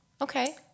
Okay